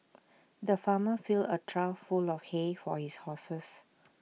the farmer filled A trough full of hay for his horses